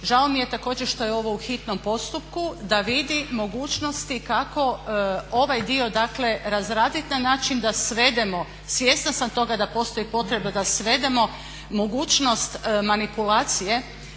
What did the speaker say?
žao mi je također što je ovo u hitnom postupku, da vidi mogućnosti kako ovaj dio razraditi na način da svedemo, svjesna sam toga da postoji potreba da svedemo mogućnost manipulacije